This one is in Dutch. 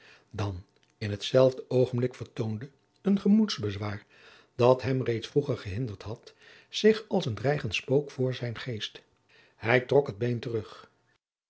dan in hetzelfde oogenblik vertoonde een gemoedsbezwaar dat hem reeds vroeger gehinderd had zich als een dreigend spook voor zijn geest hij trok het been terug